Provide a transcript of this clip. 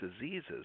diseases